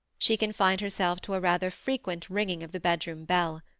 she confined herself to a rather frequent ringing of the bedroom bell.